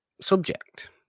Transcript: subject